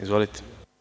Izvolite.